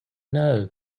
know